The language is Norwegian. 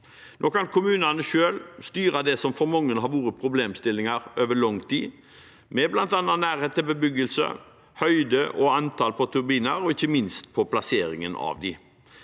Nå kan kommunene selv styre det som for mange har vært problemstillinger over lang tid, med bl.a. nærhet til bebyggelse, høyde på turbiner, antall turbiner og ikke minst plasseringen av dem.